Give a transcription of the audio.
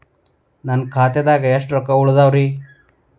ನನ್ನ ಖಾತೆದಾಗ ಎಷ್ಟ ರೊಕ್ಕಾ ಉಳದಾವ್ರಿ?